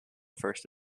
first